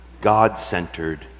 god-centered